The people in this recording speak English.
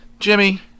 Jimmy